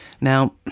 Now